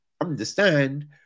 understand